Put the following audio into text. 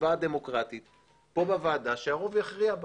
הצבעה דמוקרטית פה בוועדה שהרוב יכריע בה